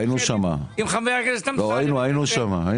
היינו שמה, היינו היינו שמה.